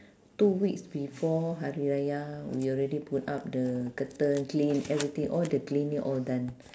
two weeks before hari raya we already put up the curtain clean everything all the cleaning all done